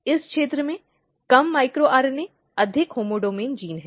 इस क्षेत्र में कम माइक्रो आरएनए अधिक होम्योडोमैन जीन है